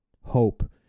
hope